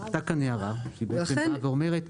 הייתה כאן הערה שאומרת -- לכן,